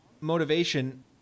motivation –